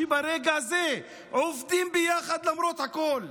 שברגע הזה עובדים ביחד למרות הכול.